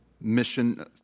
mission